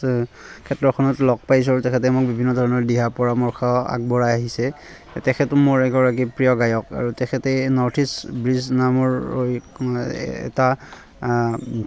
ক্ষেত্ৰখনত লগ পাইছোঁ আৰু তেখেতে মোক বিভিন্ন ধৰণৰ দিহা পৰামৰ্শ আগবঢ়াই আহিছে তেখেত মোৰ এগৰাকী প্ৰিয় গায়ক আৰু তেখেতে নৰ্থ ইষ্ট ব্ৰিজ নামৰ এটা